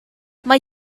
mae